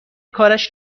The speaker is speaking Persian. کارش